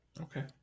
okay